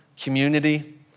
community